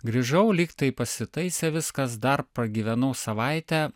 grįžau lyg tai pasitaisė viskas dar pragyvenau savaitę